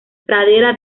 pradera